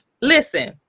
Listen